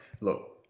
Look